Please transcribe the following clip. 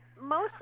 mostly